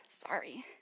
Sorry